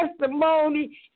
testimony